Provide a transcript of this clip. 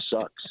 sucks